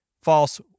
false